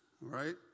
right